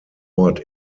ort